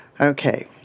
Okay